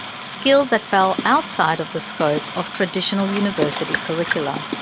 skills that fell outside of the scope of traditional university curricula.